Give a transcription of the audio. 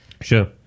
Sure